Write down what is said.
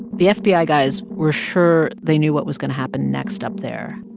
the fbi ah guys were sure they knew what was going to happen next up there.